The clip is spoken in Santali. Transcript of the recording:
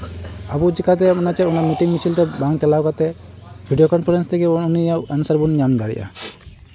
ᱟᱵᱚ ᱪᱤᱠᱟᱛᱮ ᱚᱱᱟ ᱢᱤᱴᱤᱝ ᱢᱤᱪᱷᱤᱞ ᱛᱮ ᱵᱟᱝ ᱪᱟᱞᱟᱣ ᱠᱟᱛᱮᱫ ᱵᱷᱤᱰᱭᱳ ᱠᱚᱱᱯᱷᱟᱨᱮᱱᱥ ᱛᱮᱜᱮ ᱩᱱᱤᱭᱟᱜ ᱮᱱᱥᱟᱨ ᱵᱚᱱ ᱧᱟᱢ ᱫᱟᱲᱮᱭᱟᱜᱼᱟ